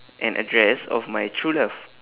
an address of my true love